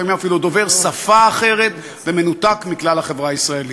לפעמים אפילו דובר שפה אחרת ומנותק מכלל החברה הישראלית.